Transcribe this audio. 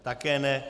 Také ne.